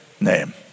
name